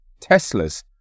Teslas